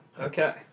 Okay